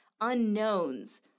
unknowns